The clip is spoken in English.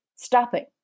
stopping